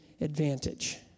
advantage